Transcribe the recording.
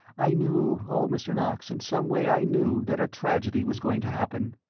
i knew, oh, mr. knox, in some way i knew that a tragedy was going to happen.